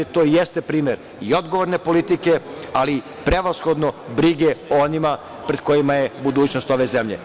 To jeste primer i odgovorne politike, ali prevashodno brige o onima pred kojima je budućnost ove zemlje.